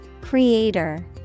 Creator